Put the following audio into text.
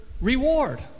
reward